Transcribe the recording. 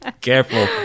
Careful